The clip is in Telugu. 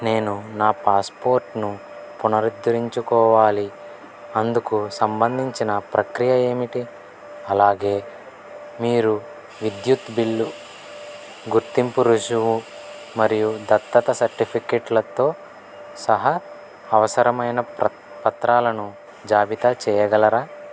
నేను నా పాస్పోర్ట్ను పునరుద్ధరించుకోవాలి అందుకు సంబంధించిన ప్రక్రియ ఏమిటి అలాగే మీరు విద్యుత్ బిల్లు గుర్తింపు రుజువు మరియు దత్తత సర్టిఫికేట్లతో సహా అవసరమైన ప్ర పత్రాలను జాబితా చెయ్యగలరా